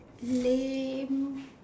lame